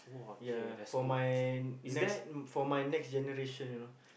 ya for my next for my next generation you know